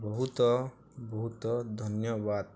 ବହୁତ ବହୁତ ଧନ୍ୟବାଦ